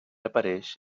apareix